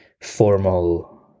formal